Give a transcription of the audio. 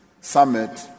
Summit